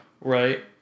Right